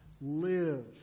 Live